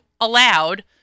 allowed